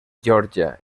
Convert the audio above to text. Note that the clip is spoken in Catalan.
geòrgia